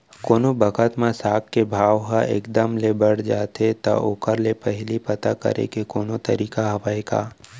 कोनो बखत म साग के भाव ह एक दम ले बढ़ जाथे त ओखर ले पहिली पता करे के कोनो तरीका हवय का?